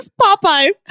Popeye's